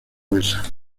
mesa